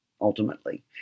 ultimately